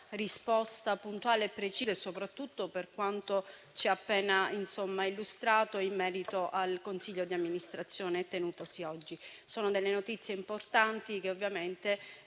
risposta puntuale e precisa e soprattutto per quanto ci ha appena illustrato in merito al consiglio di amministrazione tenutosi oggi. Sono delle notizie importanti che ovviamente